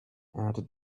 add